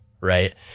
right